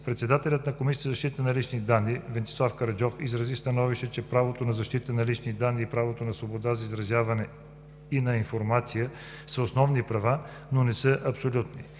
Председателят на Комисията за защита на личните данни (КЗЛД) Венцислав Караджов изрази становище, че правото на защита на личните данни и правото на свобода на изразяване и на информация са основни права, но не са абсолютни.